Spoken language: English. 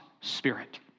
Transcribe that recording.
Spirit